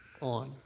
on